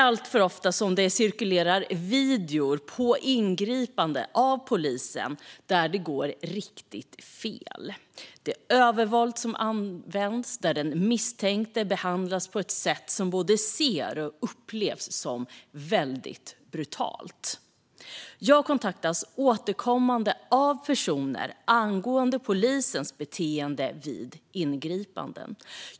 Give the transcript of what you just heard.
Alltför ofta cirkulerar videor på ingripanden av polisen där det går riktigt fel. Det används övervåld, och den misstänkte behandlas på ett sätt som både ser ut att vara och upplevs som väldigt brutalt. Jag kontaktas återkommande av personer angående polisens beteende vid ingripanden.